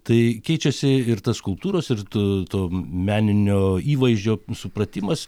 tai keičiasi ir tas skulptūros ir to to meninio įvaizdžio supratimas